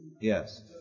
yes